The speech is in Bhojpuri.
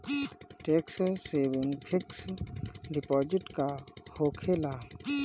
टेक्स सेविंग फिक्स डिपाँजिट का होखे ला?